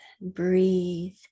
breathe